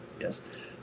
yes